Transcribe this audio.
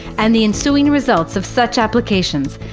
and the ensuing results of such applications,